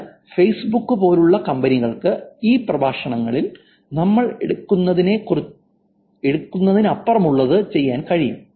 എന്നാൽ ഫേസ്ബുക്ക് പോലുള്ള കമ്പനികൾക്ക് ഈ പ്രഭാഷണങ്ങളിൽ നമ്മൾ എടുക്കുന്നതിനപ്പുറമുള്ളത് ചെയ്യാൻ കഴിയും